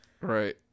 Right